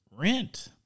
rent